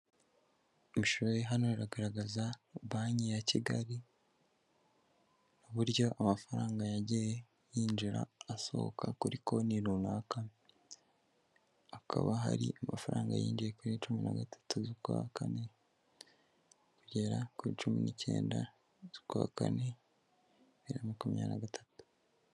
Mashini hano iragaragaza banki ya Kigali, uburyo amafaranga yagiye yinjira, asohoka kuri konti runaka. Hakaba hari amafaranga yinjiye kuri cumi na gatatu z'ukwa kane, kugera kuri cumi n'icyenda z'ukwa kane, bibiri na makumyabiri na gatatu.